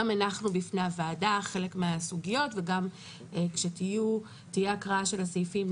הנחנו בפני הוועדה חלק מהסוגיות וכשתהיה הקראה של הסעיפים,